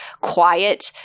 quiet